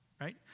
right